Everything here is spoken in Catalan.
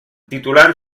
titular